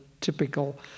typical